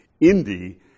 Indy